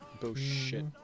Bullshit